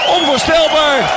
Onvoorstelbaar